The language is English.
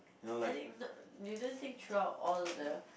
I think not you don't take throughout all the